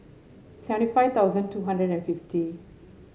seventy five thousand two hundred and fifty